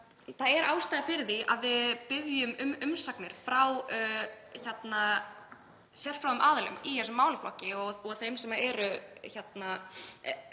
Það er ástæða fyrir því að við biðjum um umsagnir frá sérfróðum aðilum í þessum málaflokki og þeim sem